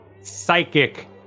psychic